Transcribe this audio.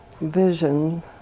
vision